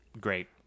Great